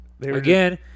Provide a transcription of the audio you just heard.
again